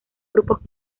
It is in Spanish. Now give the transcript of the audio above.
grupos